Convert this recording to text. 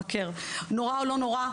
נורא או לא נורא?